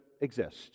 exist